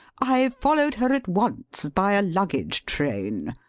i followed her at once by a luggage train.